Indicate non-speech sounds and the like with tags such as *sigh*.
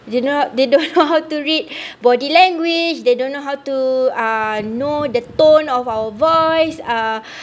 you know *laughs* they don't know how to read body language they don't know how to uh know the tone of our voice uh *breath*